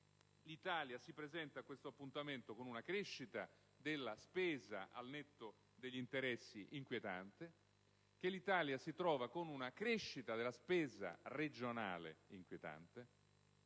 l'Italia si presenta a questo appuntamento con una crescita della spesa, al netto degli interessi, inquietante; che l'Italia si trova con una crescita della spesa regionale inquietante